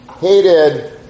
hated